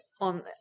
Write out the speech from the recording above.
on